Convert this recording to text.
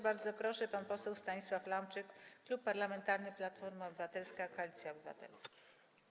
Bardzo proszę, pan poseł Stanisław Lamczyk, Klub Parlamentarny Platforma Obywatelska - Koalicja Obywatelska.